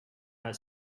her